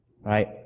right